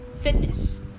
fitness